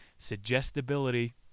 Suggestibility